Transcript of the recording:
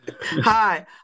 Hi